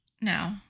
No